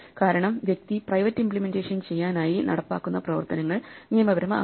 കാരണം വ്യക്തി private implementation ചെയ്യാനായി നടപ്പാക്കുന്ന പ്രവർത്തനങ്ങൾ നിയമപരമാകാം